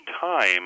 time